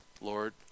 Lord